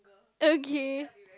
okay